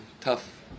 tough